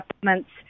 supplements